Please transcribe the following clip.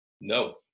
No